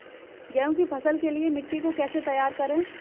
गेहूँ की फसल के लिए मिट्टी को कैसे तैयार करें?